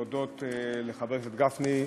אני רוצה להודות לחבר הכנסת גפני,